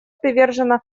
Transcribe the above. привержено